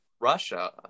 Russia